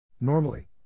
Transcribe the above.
Normally